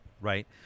Right